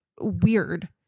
weird